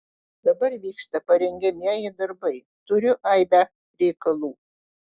dabar vyksta parengiamieji darbai turiu aibę reikalų